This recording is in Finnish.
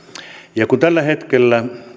ja kun tällä hetkellä